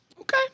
okay